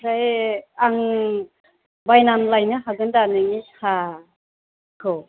ओमफ्राय आं बायनानै लायनो हागोन दा नोंनि साहाखौ